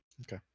Okay